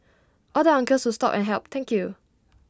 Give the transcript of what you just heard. all the uncles who stopped and helped thank you